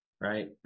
Right